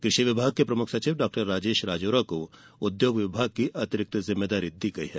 कृषि विभाग के प्रमुख सचिव डॉ राजेश राजौरा को उद्योग विभाग की अतिरिक्त जिम्मेदारी भी दे दी गई है